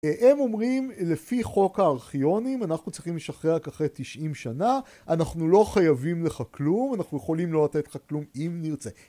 הם אומרים, לפי חוק הארכיונים, אנחנו צריכים לשחרר ככה 90 שנה, אנחנו לא חייבים לך כלום, אנחנו יכולים לא לתת לך כלום אם נרצה.